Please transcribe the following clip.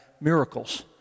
miracles